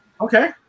Okay